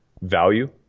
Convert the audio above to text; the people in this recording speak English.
value